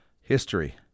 history